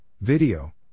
Video